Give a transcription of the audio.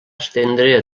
estendre